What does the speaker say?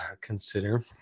consider